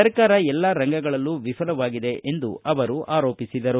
ಸರ್ಕಾರ ಎಲ್ಲಾ ರಂಗಗಳಲ್ಲೂ ವಿಫಲವಾಗಿದೆ ಎಂದು ಆರೋಪಿಸಿದರು